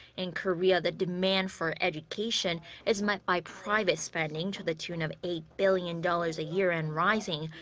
in korea, the demand for education is met by private spending. to the tune of eight billion dollars a year and rising.